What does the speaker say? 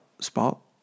spot